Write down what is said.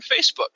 Facebook